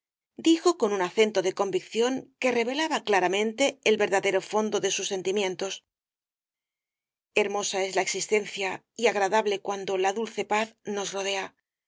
dijo con un acento de convicción que revelaba claramente el verdadero fondo de sus sentimientos hermosa es la existencia y agradable cuando la dulce paz nos rodea